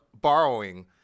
borrowing